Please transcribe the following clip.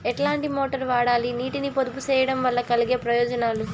ఎట్లాంటి మోటారు వాడాలి, నీటిని పొదుపు సేయడం వల్ల కలిగే ప్రయోజనాలు?